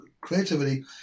Creativity